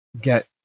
get